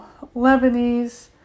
Lebanese